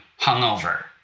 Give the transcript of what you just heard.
hungover